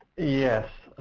yes,